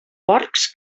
porcs